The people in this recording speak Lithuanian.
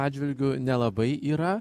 atžvilgiu nelabai yra